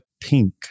pink